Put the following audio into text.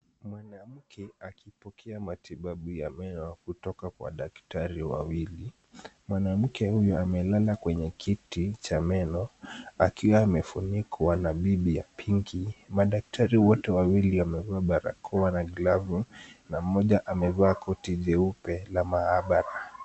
Mwanamke akipokea matibabu ya meno kutoka kwa daktari wawili, mwanamke huyo amelala kwenye kiti cha meno, akiwa amefunikwa na wigi ya pinki , na madaktari wote wamevaa barakoa na glavu na mmoja amevaa koti jeupe la maabara.